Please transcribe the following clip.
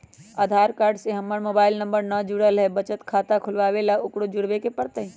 आधार card से हमर mobile number न जुरल है त बचत खाता खुलवा ला उकरो जुड़बे के पड़तई?